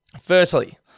Firstly